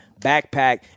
backpack